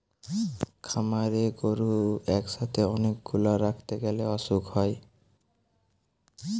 খামারে গরু একসাথে অনেক গুলা রাখতে গ্যালে অসুখ হয়